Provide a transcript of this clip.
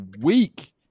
Week